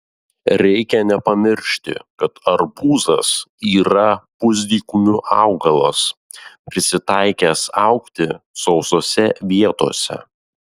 reikia nepamiršti kad arbūzas yra pusdykumių augalas prisitaikęs augti sausose vietose